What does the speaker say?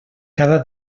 cada